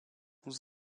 nous